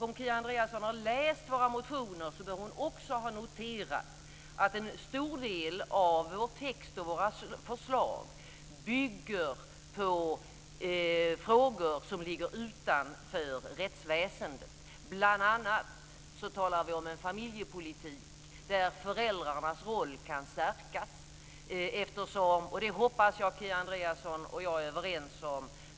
Om Kia Andreasson har läst våra motioner bör hon också ha noterat att en stor del av vår text och våra förslag bygger på frågor som ligger utanför rättsväsendet. Bl.a. talar vi om en familjepolitik där föräldrarnas roll kan stärkas. Det hoppas jag att Kia Andreasson och jag är överens om.